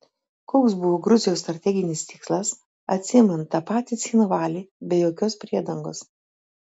koks buvo gruzijos strateginis tikslas atsiimant tą patį cchinvalį be jokios priedangos